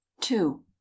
two